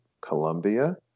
Colombia